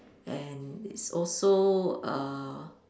and is also err